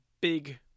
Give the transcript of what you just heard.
Big